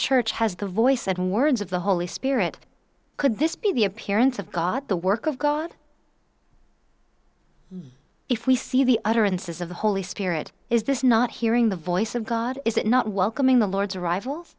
church has the voice and words of the holy spirit could this be the appearance of god the work of god if we see the utterances of the holy spirit is this not hearing the voice of god is it not welcoming the lord's arrival